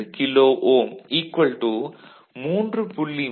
661 kilo ohm 3